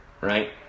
right